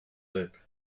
lake